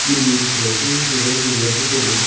जोंनि आनसोलावथ' गोबां जेंनाफोर दङ